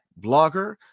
vlogger